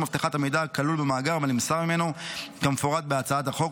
אבטחת המידע הכלול במאגר והנמסר ממנו כמפורט בהצעת החוק,